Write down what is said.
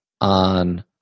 on